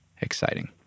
exciting